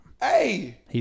Hey